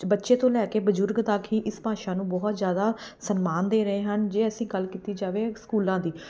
ਬੱਚੇ ਤੋਂ ਲੈ ਕੇ ਬਜ਼ੁਰਗ ਤੱਕ ਹੀ ਇਸ ਭਾਸ਼ਾ ਨੂੰ ਬਹੁਤ ਜ਼ਿਆਦਾ ਸਨਮਾਨ ਦੇ ਰਹੇ ਹਨ ਜੇ ਅਸੀਂ ਗੱਲ ਕੀਤੀ ਜਾਵੇ ਸਕੂਲਾਂ ਦੀ